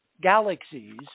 galaxies